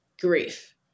grief